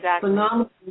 phenomenal